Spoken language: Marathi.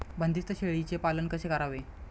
बंदिस्त शेळीचे पालन कसे करावे?